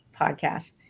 podcast